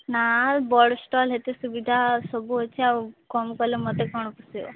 ନାଁ ବଡ଼ ଷ୍ଟଲ୍ ଏତେ ସୁବିଧା ସବୁ ଅଛି ଆଉ କମ୍ କହିଲେ ମୋତେ କ'ଣ ପୋଷେଇବ